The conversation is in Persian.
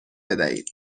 بدهید